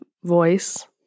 voice